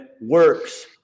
works